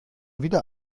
wieder